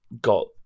got